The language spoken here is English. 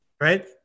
Right